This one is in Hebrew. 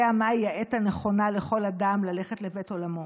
מהי העת הנכונה לכל אדם ללכת לבית עולמו,